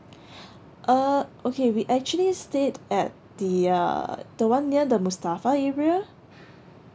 uh okay we actually stayed at the uh the one near the mustafa area